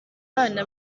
bana